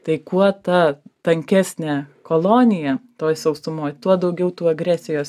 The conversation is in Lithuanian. tai kuo ta tankesnė kolonija toj sausumoj tuo daugiau tų agresijos